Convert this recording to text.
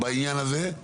בעניין הזה?